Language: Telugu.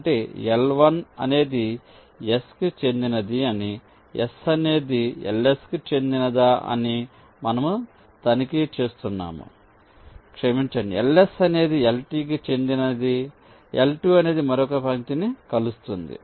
అంటే L1 అనేది S కి చెందినది అని S అనేది LS కి చెందినదా అని మనము తనిఖీ చేస్తున్నాము క్షమించండి LS అనేది LT కి చెందిన L2 అనే మరొక పంక్తిని కలుస్తుంది